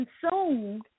consumed